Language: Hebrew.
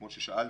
כמו ששאלתם,